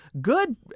good